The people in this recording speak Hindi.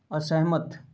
असहमत